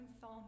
Psalm